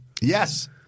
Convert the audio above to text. Yes